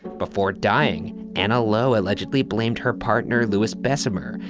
before dying, anna lowe allegedly blamed her partner louis besumer,